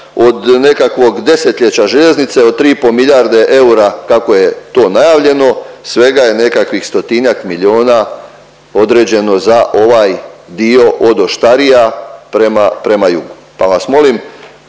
od nekakvog desetljeća željeznice od 3,5 milijarde eura kako je to najavljeno svega je nekakvih stotinjak milijuna određeno za ovaj dio od Oštarija prema, prema jugu, pa vas molim